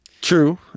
True